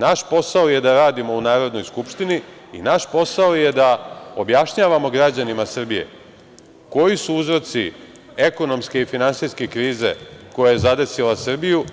Naš posao je da radimo u Narodnoj skupštini i naš posao je da objašnjavamo građanima Srbije koji su uzroci ekonomske i finansijske krize koja je zadesila Srbiju